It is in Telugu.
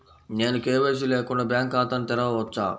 నేను కే.వై.సి లేకుండా బ్యాంక్ ఖాతాను తెరవవచ్చా?